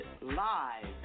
live